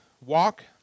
walk